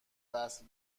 وصل